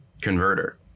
converter